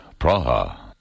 Praha